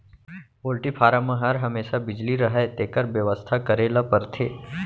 poultry farm म हर हमेसा बिजली रहय तेकर बेवस्था करे ल परथे